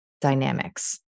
dynamics